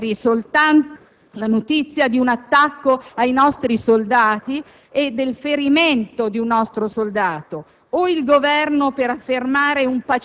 Il compito del nostro contingente militare in Afghanistan è di promuovere e difendere i valori della libertà e della democrazia.